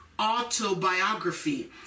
autobiography